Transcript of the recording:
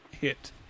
hit